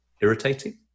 irritating